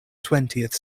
twentieth